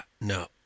no